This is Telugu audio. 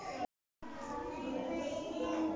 రైతులకు ప్రభుత్వం నుండి నేరుగా బీమా పరిహారం వత్తదా?